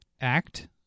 act